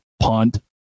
Punt